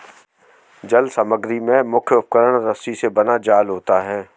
जल समग्री में मुख्य उपकरण रस्सी से बना जाल होता है